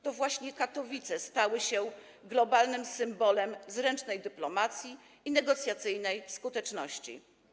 To właśnie Katowice stały się globalnym symbolem zręcznej dyplomacji i negocjacyjnej skuteczności.